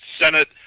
Senate –